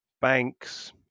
banks